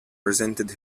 resented